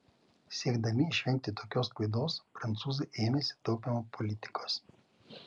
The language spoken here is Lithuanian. siekdami išvengti tokios klaidos prancūzai ėmėsi taupymo politikos